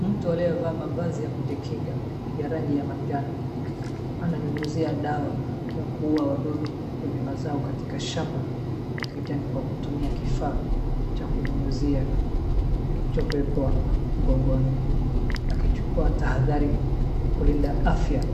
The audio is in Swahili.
Mtu aliyevaa mavazi ya kujikinga ya rangi ya majano ananyunyizia dawa ya kuua wadudu kwenye mazao katika shamba la kijani kwa kutumia kifaa cha kunyunyizia kilichobebwa mgongoni akichukua tahathari kulinda afya